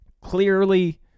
Clearly